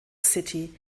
city